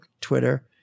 Twitter